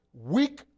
weak